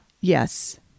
Yes